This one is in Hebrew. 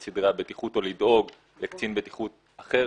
סדרי הבטיחות או לדאוג לקצין בטיחות אחר,